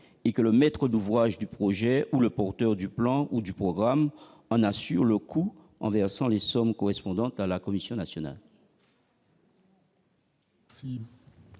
et que le maître d'ouvrage du projet, le porteur du plomb ou du programme, on assure le coup en versant les sommes correspondantes à la Commission nationale.